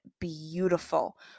beautiful